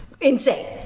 insane